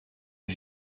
est